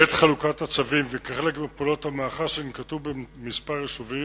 בעת חלוקת הצווים וכחלק מפעולות המחאה שננקטו בכמה יישובים,